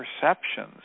perceptions